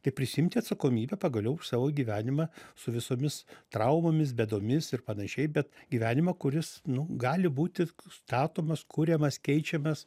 tai prisiimti atsakomybę pagaliau už savo gyvenimą su visomis traumomis bėdomis ir panašiai bet gyvenimą kuris gali būti statomas kuriamas keičiamas